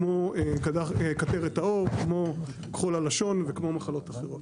כמו קטרת העור, כמו כחול הלשון וכמו מחלות אחרות.